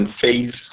phase